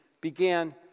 began